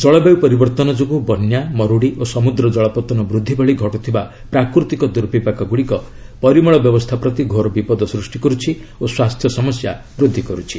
ଜଳବାୟୁ ପରିବର୍ଭନ ଯୋଗୁଁ ବନ୍ୟା ମରୁଡ଼ି ଓ ସମୁଦ୍ର ଜଳପତନ ବୃଦ୍ଧି ଭଳି ଘଟୁଥିବା ପ୍ରାକୃତିକ ଦୁର୍ବିପାକଗୁଡ଼ିକ ପରିମଳ ବ୍ୟବସ୍ଥା ପ୍ରତି ଘୋର ବିପଦ ସୃଷ୍ଟି କରୁଛି ଓ ସ୍ୱାସ୍ଥ୍ୟ ସମସ୍ୟା ବୃଦ୍ଧି କରୁଛି